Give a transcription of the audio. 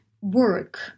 work